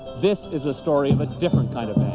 this is the story of a different kind of band.